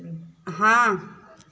हाँ